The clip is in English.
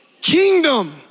kingdom